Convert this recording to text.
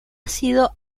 sido